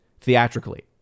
theatrically